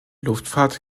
luftfahrt